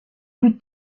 plus